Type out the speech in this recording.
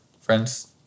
friends